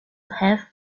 have